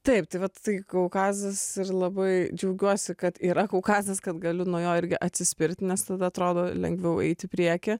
taip tai vat tai kaukazas ir labai džiaugiuosi kad yra kaukazas kad galiu nuo jo irgi atsispirti nes tada atrodo lengviau eiti į priekį